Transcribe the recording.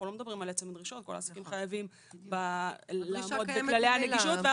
אנחנו לא על עצם הדרישות וכל העסקים חייבים לעמוד בכללי הנגישות.